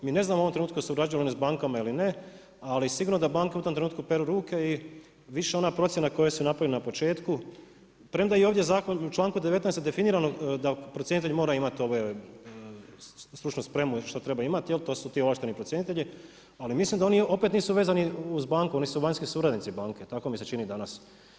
Mi ne znamo u ovom trenutku surađujemo li s bankama ili ne, ali sigurno da banke u tom trenutku peru ruke i više ona procjena koju su napravili na početku, premda i ovdje zakon u članku 19. definirano je da procjenitelj mora imati stručnu spremu ili što treba imati, to su ti ovlašteni procjenitelji, ali mislim da oni opet nisu vezani uz banku, oni su vanjski suradnici banke tako mi se čini danas.